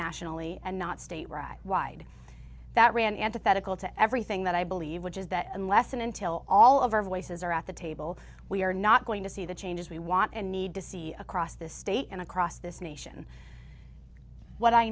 nationally and not state right wide that ran antithetical to everything that i believe which is that unless and until all of our voices are at the table we are not going to see the changes we want and need to see across this state and across this nation what i